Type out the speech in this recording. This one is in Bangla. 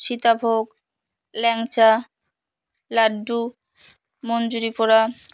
সীতাভোগ ল্যাংচা লাড্ডু মঞ্জুরি পোড়া